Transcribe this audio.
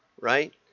right